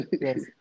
yes